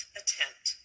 attempt